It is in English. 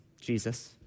Jesus